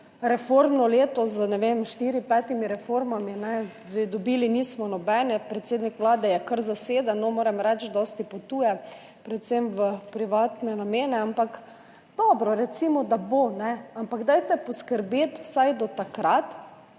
štirimi, petimi reformami. Dobili nismo nobene. Predsednik Vlade je kar zaseden, moram reči, da dosti potuje, predvsem v privatne namene. Dobro, recimo, da bo, ampak dajte poskrbeti vsaj do takrat,